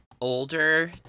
older